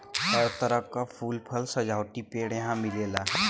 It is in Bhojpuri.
हर तरह क फूल, फल, सजावटी पेड़ यहां मिलेला